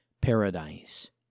paradise